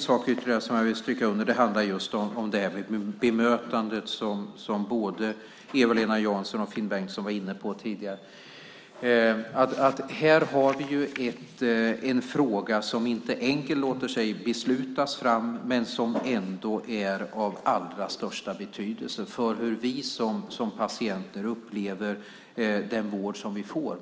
sak ytterligare vill jag stryka under. Det handlar just om det bemötande som både Eva-Lena Jansson och Finn Bengtsson var inne på tidigare. Här har vi ju en fråga som inte enkelt låter sig beslutas fram men som ändå är av allra största betydelse för hur vi som patienter upplever den vård som vi får.